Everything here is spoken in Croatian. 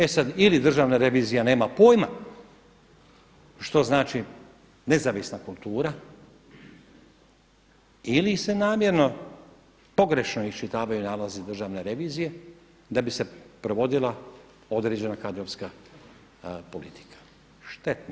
E sad, ili državna revizija nema pojma što znači nezavisna kultura ili se namjerno pogrešno iščitavaju nalazi državne revizije da bi se provodila određena kadrovska politika, štetna.